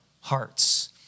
hearts